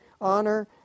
honor